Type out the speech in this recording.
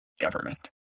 government